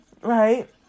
right